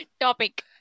Topic